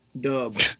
Dub